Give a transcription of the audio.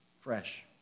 fresh